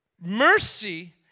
mercy